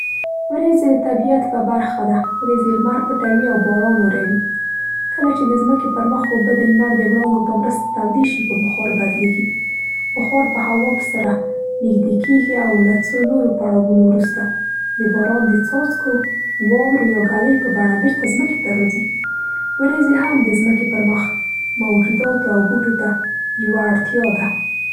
ورېځې د طبیعت یوه برخه ده. ورېځې لمر پټوي او باران اوروي. کله چې د ځمکې پر مخ اوبه د لمر د وړانګو په مرسته تودې شي په بخار بدلېږي. بخار په هوا کې سره نږدې کېږي او له څو نورو پړاوونو وروسته د باران د څاڅکو، واورې یا ګلۍ په بڼه بېرته ځمکې ته راځي. ورېځې هم د ځمکې پر مخ موجوداتو او بوټو ته یوه اړتیا ده.